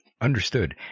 Understood